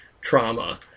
trauma